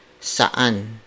Saan